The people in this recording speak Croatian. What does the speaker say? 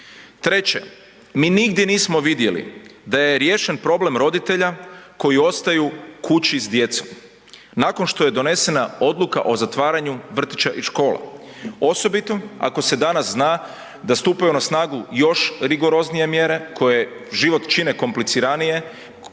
Treće, mi nigdje nismo vidjeli da je riješen problem roditelja koji ostaju kući s djecom, nakon što je donesena odluka o zatvaranju vrtića i škola. Osobito ako se danas zna da stupaju na snagu još rigoroznije mjere koje život čine kompliciranije,